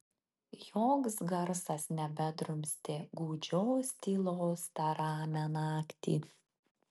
joks garsas nebedrumstė gūdžios tylos tą ramią naktį